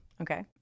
Okay